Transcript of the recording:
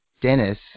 Dennis